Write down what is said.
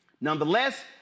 Nonetheless